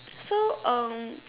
so um